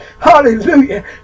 hallelujah